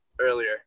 earlier